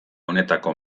honetako